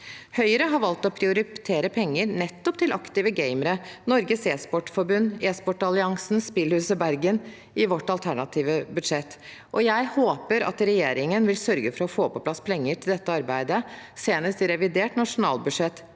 Høyre har valgt å prioritere penger til nettopp Aktive Gamere, Norges e-sportforbund, Bredde-e-sport Alliansen og Spillhuset Bergen i vårt alternative budsjett. Jeg håper at regjeringen vil sørge for å få på plass penger til dette arbeidet, senest i revidert nasjonalbudsjett,